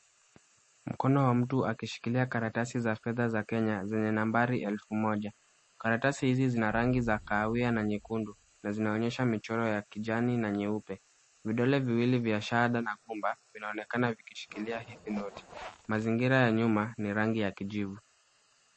Mkono wa mtu akishikilia karatasi za fedha za kenya zenye nambari elfu moja. Karatasi hizi zina rangi za kahawia na nyekundu na zinaonyesha michoro ya kijani na nyeupe. Vidole viwili vya shahada na gumba vinaonekana vikishikilia hizi noti. Mazingira ya nyuma ni rangi ya kijivu.